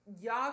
y'all